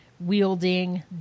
wielding